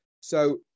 So-